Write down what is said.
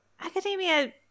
academia